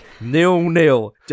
Nil-nil